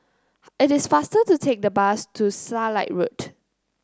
it is faster to take the bus to Starlight Road